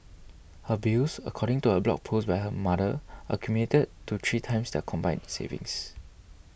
her bills according to a blog post by her mother accumulated to three times their combined savings